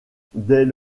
dès